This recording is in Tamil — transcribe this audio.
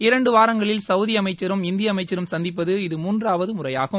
இரண்டு வாரங்களில் சவுதி அமைச்சரும் இந்திய அமைச்சரும் சந்திப்பது இது மூன்றாவது முறையாகும்